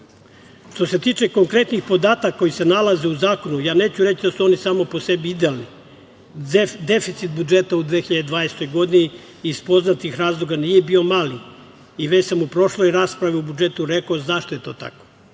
se tiče konkretnih podataka koji se nalaze u zakonu, ja neću reći da su oni sami po sebi idealni. Deficit budžeta u 2020. godini iz poznatih razloga nije bio mali i već sam u prošloj raspravi o budžetu rekao zašto je to tako.